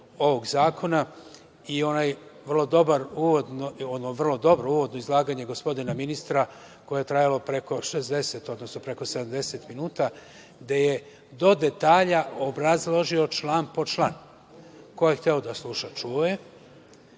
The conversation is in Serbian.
i ono vrlo dobro uvodno izlaganje gospodina ministra, koje je trajalo preko 60, odnosno preko 70 minuta, gde je do detalja obrazložio član po član. Ko je hteo da sluša, čuo